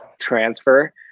transfer